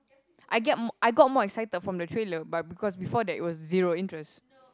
I get more I got more excited from the trailer but because before that it was zero interest